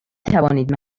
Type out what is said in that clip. توانید